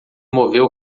moveu